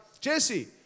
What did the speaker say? Jesse